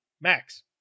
Max